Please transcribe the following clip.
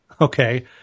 okay